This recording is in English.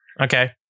Okay